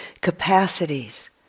capacities